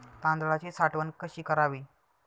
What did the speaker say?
तांदळाची साठवण कशी करावी?